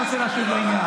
להגיד.